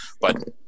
but-